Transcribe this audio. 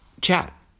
chat